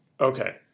okay